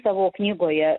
savo knygoje